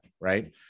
Right